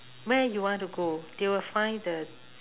where you want to go they will find the